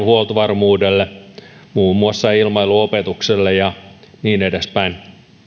huoltovarmuudelle ilmailuopetukselle ja niin edespäin